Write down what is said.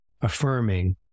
affirming